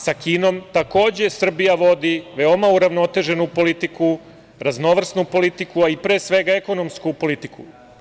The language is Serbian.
Sa Kinom, takođe, Srbija vodi veoma uravnoteženu politiku, raznovrsnu politiku, a i, pre svega, ekonomsku politiku.